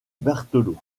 berthelot